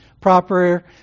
proper